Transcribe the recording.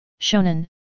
shonen